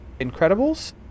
Incredibles